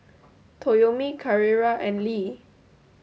Toyomi Carrera and Lee